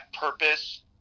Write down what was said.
purpose